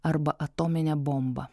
arba atominė bomba